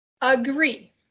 Agree